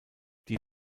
die